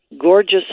gorgeous